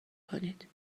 کنید